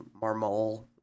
Marmol